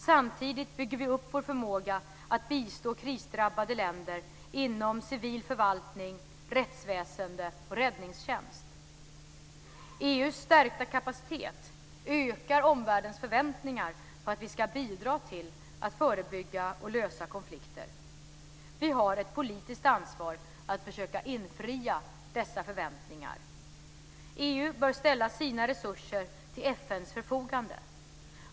Samtidigt bygger vi upp vår förmåga att bistå krisdrabbade länder inom civil förvaltning, rättsväsende och räddningstjänst. EU:s stärkta kapacitet ökar omvärldens förväntningar på att vi ska bidra till att förebygga och lösa konflikter. Vi har ett politiskt ansvar att försöka infria dessa förväntningar. EU bör ställa sina resurser till FN:s förfogande.